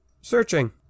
searching